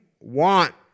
want